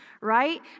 right